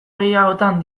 gehiagotan